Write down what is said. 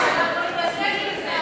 אנחנו נתעסק בזה,